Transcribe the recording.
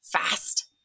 fast